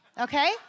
okay